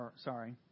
Sorry